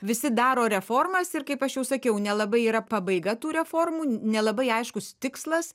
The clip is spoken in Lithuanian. visi daro reformas ir kaip aš jau sakiau nelabai yra pabaiga tų reformų nelabai aiškus tikslas